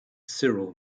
cyril